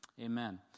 Amen